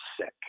sick